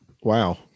Wow